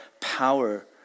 power